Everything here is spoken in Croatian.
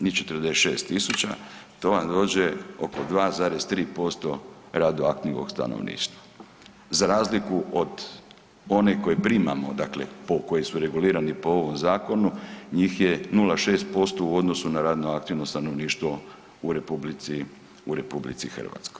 Njih 46 tisuća, to vam dođe oko 2,3% radno aktivnog stanovništva, za razliku od onih koje primamo, dakle po koji su regulirani po ovom zakonu, njih je 0,6% u odnosu na radno aktivno stanovništvo u RH.